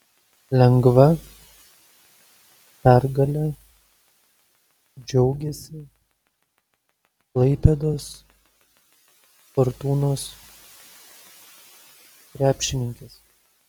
lengva pergale džiaugėsi klaipėdos fortūnos krepšininkės